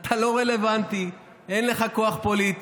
אתה לא רלוונטי, אין לך כוח פוליטי.